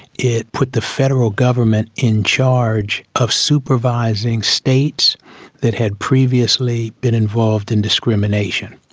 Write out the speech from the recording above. it put the federal government in charge of supervising states that had previously been involved in discrimination.